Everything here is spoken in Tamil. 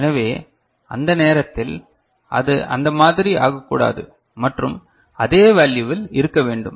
எனவே அந்த நேரத்தில் அது அந்த மாதிரி ஆகக்கூடாது மற்றும் அதே வேல்யுவில் இருக்க வேண்டும்